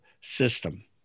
system